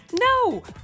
No